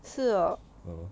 是哦